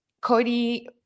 Cody